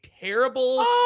terrible